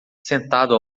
sentado